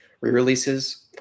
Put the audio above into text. re-releases